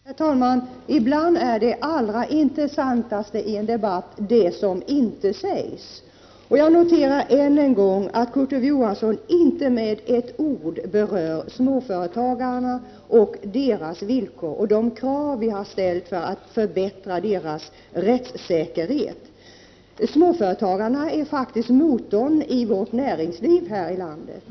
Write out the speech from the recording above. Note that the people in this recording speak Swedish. Herr talman! Ibland är det allra intressantaste i en debatt det som inte sägs. Jag noterar än en gång att Kurt Ove Johansson inte med ett ord berör småföretagarna och deras villkor och de krav vi har ställt för att förbättra deras rättssäkerhet. Småföretagarna är faktiskt motorn i vårt näringsliv här i landet.